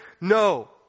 No